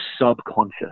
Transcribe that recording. subconscious